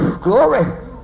glory